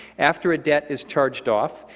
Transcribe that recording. after a debt is charged off,